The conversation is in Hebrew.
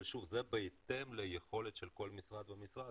שוב, זה בהתאם ליכולת של כל משרד ומשרד